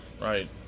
Right